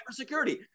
cybersecurity